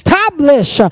Establish